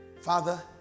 Father